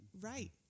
Right